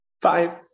Five